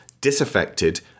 disaffected